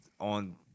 on